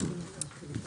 הישיבה ננעלה בשעה 15:10.